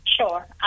Sure